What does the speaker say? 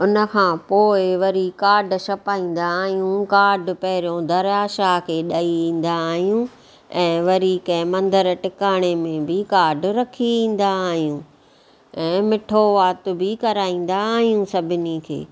उनखां पोइ वरी कार्ड छपाईंदा आहियूं कार्ड पहिरियों दरिया शाह खे ॾई ईंदा आहियूं ऐं वरी कंहिं मंदर टिकाणे में बि कार्ड रखी ईंदा आहियूं ऐं मिठो वात बि कराईंदा आहियूं सभिनी खे